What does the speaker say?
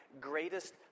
greatest